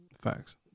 facts